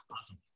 Awesome